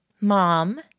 Mom